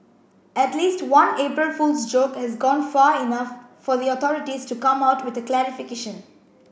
at least one April Fool's joke has gone far enough for the authorities to come out with a clarification